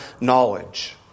knowledge